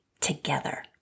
together